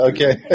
Okay